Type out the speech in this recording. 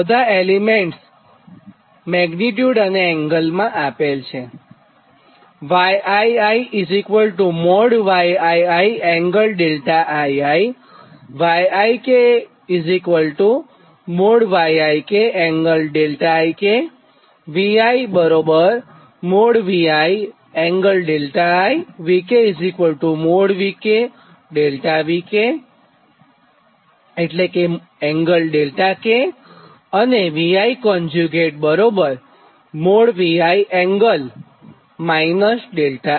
બધાં elements magnitude અને એંગલમાં આપેલ છે